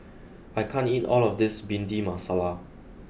I can't eat all of this Bhindi Masala